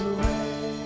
away